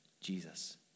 Jesus